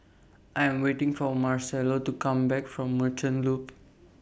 I Am waiting For Marcello to Come Back from Merchant Loop